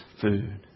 food